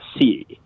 see